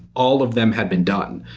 all of them had been done.